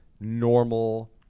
normal